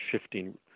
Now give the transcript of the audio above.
shifting